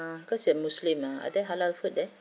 ah because we are muslim lah are there halal food there